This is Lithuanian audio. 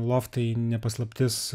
loftai ne paslaptis